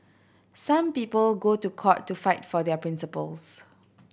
some people go to court to fight for their principles